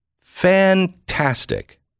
Fantastic